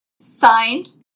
Signed